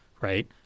right